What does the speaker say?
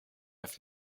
have